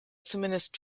zumindest